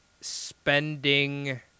spending